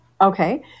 Okay